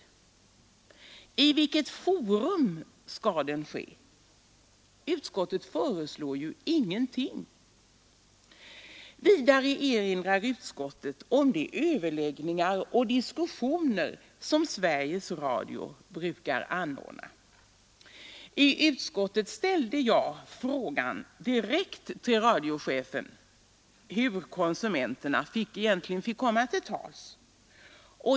I vilket forum skall den ske? Utskottet föreslår ju ingenting. Vidare erinrar utskottet om de överläggningar och diskussioner som Sveriges Radio brukar anordna. I utskottet ställde jag frågan direkt till radiochefen hur konsumenterna egentligen fick komma till tals.